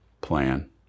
plan